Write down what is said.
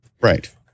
Right